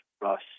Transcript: Russ